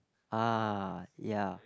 ah ya